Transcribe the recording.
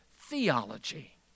theology